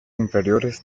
inferiores